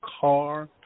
car